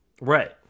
Right